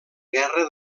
guerra